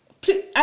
Please